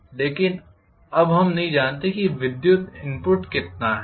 लेकिन अब हम नहीं जानते कि विद्युत इनपुट कितना है